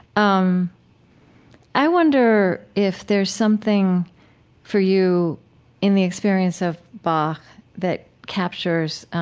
um i wonder if there's something for you in the experience of bach that captures